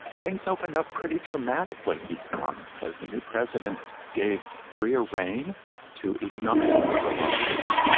things opened up pretty dramatically economically. the new president gave freer rein to economic liberalisers,